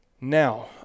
Now